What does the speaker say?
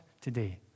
today